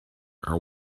are